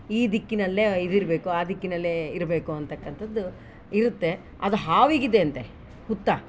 ಈ ದಿಕ್ಕಿನಲ್ಲೇ ಇದು ಇರಬೇಕು ಆ ದಿಕ್ಕಿನಲ್ಲೇ ಇರಬೇಕು ಅಂತಕ್ಕಂಥದ್ದು ಇರುತ್ತೆ ಅದು ಹಾವಿಗಿದೆ ಅಂತೆ ಹುತ್ತ